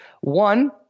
one